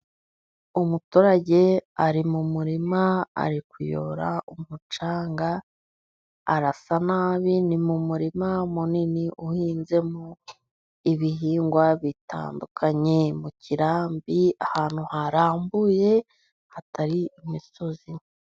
Umuturage ari mu murima ari kuyora umucanga arasa nabi, ni mu murima munini uhinzemo ibihingwa bitandukanye, mu kirambi ahantu harambuye hatari imisozi.